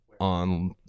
on